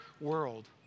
world